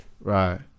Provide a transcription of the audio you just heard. Right